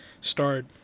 start